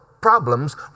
problems